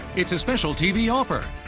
it's a special tv offer.